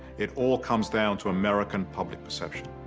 it all comes down to american public perception.